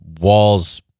walls